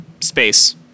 space